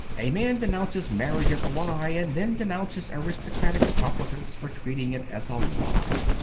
a man denounces marriage as a lie, and then denounces aristocratic profligates for treating it as a lie.